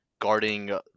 guarding